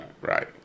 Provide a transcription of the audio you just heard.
Right